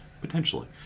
potentially